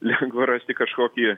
lengva rasti kažkokį